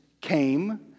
came